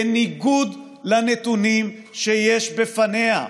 בניגוד לנתונים שיש בפניה.